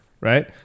Right